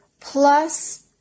plus